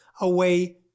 away